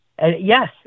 Yes